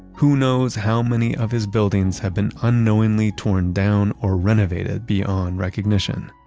who knows how many of his buildings have been unknowingly torn down or renovated beyond recognition